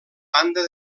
banda